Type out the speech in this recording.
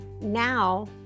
now